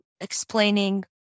explaining